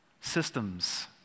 systems